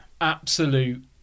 absolute